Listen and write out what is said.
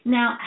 Now